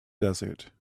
desert